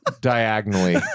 Diagonally